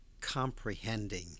comprehending